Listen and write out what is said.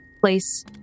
place